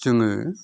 जोङो